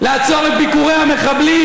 לעצור את ביקורי המחבלים,